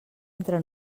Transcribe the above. entre